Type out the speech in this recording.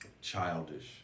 childish